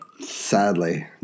Sadly